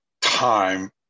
time